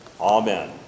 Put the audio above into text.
Amen